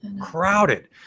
crowded